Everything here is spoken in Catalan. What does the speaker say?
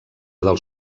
dels